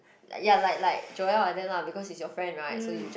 ya like like Joel like that lah because he's your friend right so you just